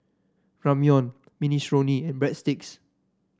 Ramyeon Minestrone and Breadsticks